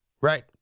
Right